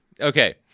Okay